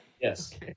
Yes